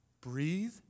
breathe